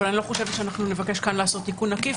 אבל אני לא חושבת שנבקש לעשות כאן תיקון עקיף,